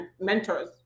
mentors